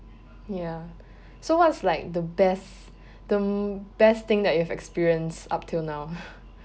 ya so what is like the best the best thing that you have experienced up till now